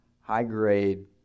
high-grade